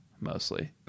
mostly